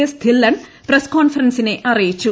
S Dhillon press കോൺഫറൻസിനെ അറിയിച്ചു